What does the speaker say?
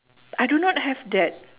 I do not have that